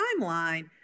timeline